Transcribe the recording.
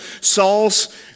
Saul's